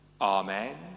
Amen